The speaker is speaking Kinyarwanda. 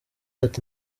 ati